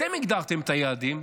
אתם הגדרתם את היעדים,